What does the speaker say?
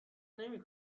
نمی